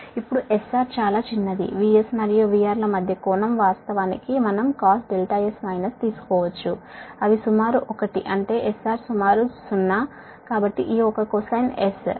ఇప్పుడు S R చాలా చిన్నది VS మరియు VR ల మధ్య కోణం వాస్తవానికి మనం cos δS మైనస్ గా తీసుకోవచ్చు అవి సుమారు 1 అంటే S R సుమారు 0 కాబట్టి ఈ ఒక కొసైన్ S Rసుమారు గా 1